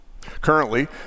Currently